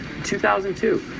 2002